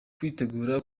kwitegura